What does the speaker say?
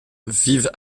vivent